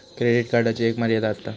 credit कार्डची एक मर्यादा आसता